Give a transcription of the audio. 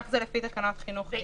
כך זה לפי תקנות החינוך היום.